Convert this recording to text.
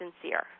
sincere